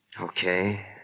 Okay